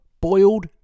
boiled